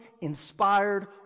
inspired